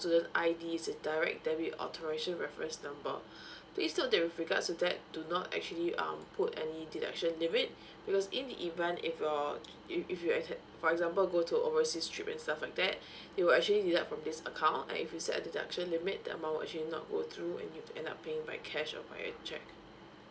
student I_D as the direct debit authorisation reference number please note that with regards to that do not actually um put any deduction limit because in the event if you're if you atte~ for example go to overseas trip itself like that it will actually deduct from this account like if you set a deduction limit that amount will actually not go through and you'll end up paying by cash or by a check